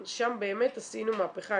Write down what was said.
שם באמת עשינו מהפכה,